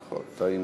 נכון, טעינו.